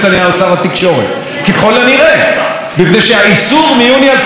מפני שהאיסור מיוני 2016 על בנימין נתניהו שר התקשורת,